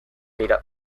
dira